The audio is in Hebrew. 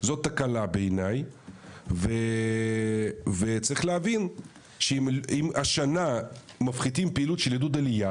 זאת תקלה בעיניי וצריך להבין שאם השנה מפחיתים פעילות של עידוד עלייה,